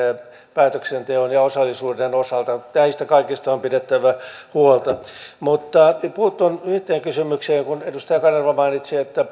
päätöksenteon ja osallisuuden osalta näistä kaikista on pidettävä huolta puutun yhteen kysymykseen kun edustaja kanerva mainitsi että